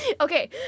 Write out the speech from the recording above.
Okay